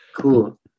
Cool